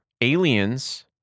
Aliens